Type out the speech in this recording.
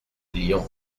lyon